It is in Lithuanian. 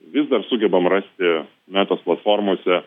vis dar sugebam rasti metos platformose